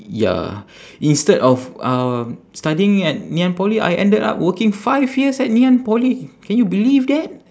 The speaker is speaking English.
ya instead of um studying at ngee ann poly I ended up working five years at ngee ann poly can you believe that